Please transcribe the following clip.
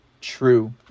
true